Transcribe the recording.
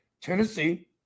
Tennessee